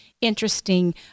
interesting